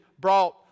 brought